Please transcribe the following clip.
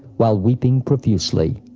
while weeping profusely.